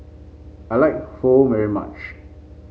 I like Pho very much